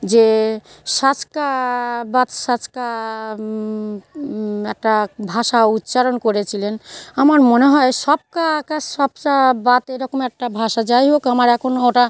যে সাচকা বাত সাচকা একটা ভাষা উচ্চারণ করেছিলেন আমার মনে হয় সবকা আকাস সবচা বাত এরকম একটা ভাষা যাই হোক আমার এখন ওটা